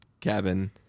cabin